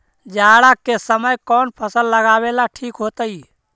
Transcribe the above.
जाड़ा के समय कौन फसल लगावेला ठिक होतइ?